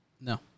No